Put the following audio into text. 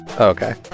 Okay